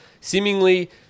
seemingly